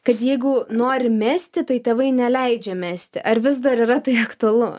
kad jeigu nori mesti tai tėvai neleidžia mesti ar vis dar yra tai aktualu